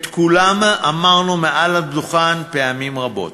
את כולם אמרנו מעל הדוכן פעמים רבות.